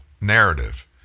narrative